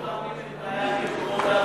עשרות פעמים את בעיית מקומות העבודה,